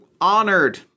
honored